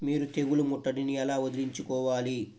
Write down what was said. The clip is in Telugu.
మీరు తెగులు ముట్టడిని ఎలా వదిలించుకోవాలి?